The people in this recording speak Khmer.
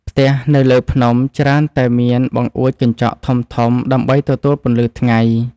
ផ្ទះនៅលើភ្នំច្រើនតែមានបង្អួចកញ្ចក់ធំៗដើម្បីទទួលពន្លឺថ្ងៃ។